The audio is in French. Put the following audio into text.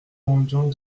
mendiant